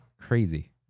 crazy